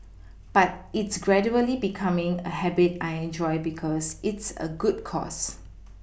but it's gradually becoming a habit I enjoy because it's a good cause